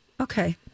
Okay